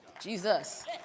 Jesus